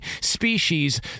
species